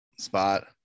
spot